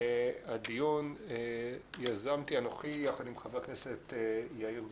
הדיון, יזמתי אנוכי יחד עם חבר הכנסת יאיר גולן,